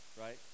right